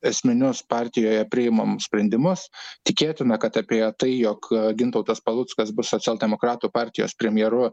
esminius partijoje priimamus sprendimus tikėtina kad apie tai jog gintautas paluckas bus socialdemokratų partijos premjeru